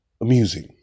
amusing